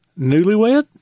newlywed